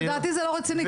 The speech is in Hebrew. לדעתי זה לא רציני.